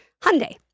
Hyundai